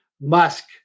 Musk